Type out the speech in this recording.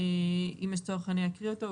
אם יש צורך אני אקריא אותו,